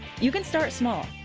you can start small.